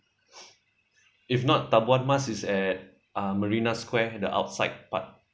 if not tambuah mas is at uh marina square the outside part